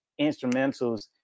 instrumentals